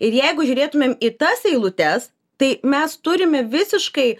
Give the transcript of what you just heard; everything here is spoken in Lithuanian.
ir jeigu žiūrėtumėm į tas eilutes tai mes turime visiškai